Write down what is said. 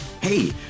hey